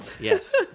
Yes